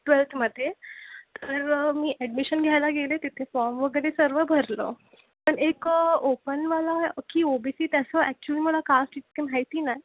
ट्वेल्थमध्ये तर मी ॲडमिशन घ्यायला गेले तिथे फॉम वगैरे सर्व भरलं पण एक ओपनवाला की ओ बी सी त्याचं ॲक्च्युली मला कास्ट इतके माहिती नाही